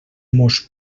mos